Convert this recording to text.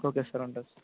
okay sir ఉంటాను sir